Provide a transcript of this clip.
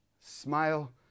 smile